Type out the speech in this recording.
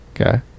Okay